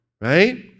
right